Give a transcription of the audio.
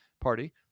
party